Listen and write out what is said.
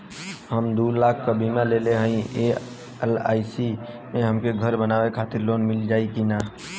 हम दूलाख क बीमा लेले हई एल.आई.सी से हमके घर बनवावे खातिर लोन मिल जाई कि ना?